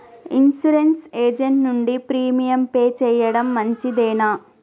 Insurance agent నుండి premium pay చేయడం మంచిదేనా?